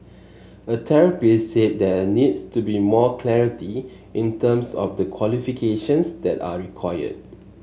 a therapist said there needs to be more clarity in terms of the qualifications that are required